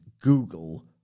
Google